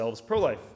pro-life